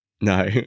No